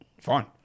fine